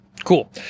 Cool